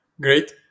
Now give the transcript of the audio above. great